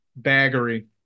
Baggery